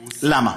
למה?